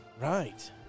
Right